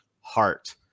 heart